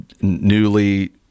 newly